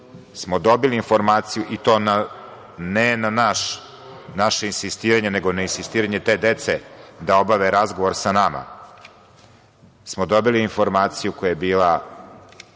u ovoj instituciji i to ne na naše insistiranje, nego na insistiranje te dece da obave razgovor sa nama, dobili smo informaciju koja je bila,